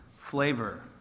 flavor